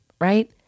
Right